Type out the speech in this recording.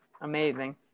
Amazing